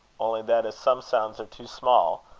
only that as some sounds are too small,